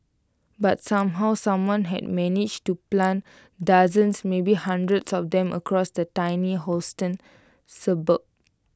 but somehow someone had managed to plant dozens maybe hundreds of them across the tiny Houston suburb